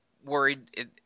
worried